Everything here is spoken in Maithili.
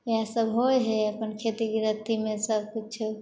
इएह सब होइ हइ अपन खेती गृहस्ती शमे सब किछो